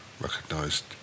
recognised